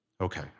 Okay